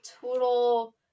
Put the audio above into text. total